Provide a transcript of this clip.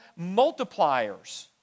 multipliers